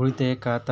ಉಳಿತಾಯ ಖಾತ